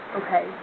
okay